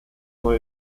neu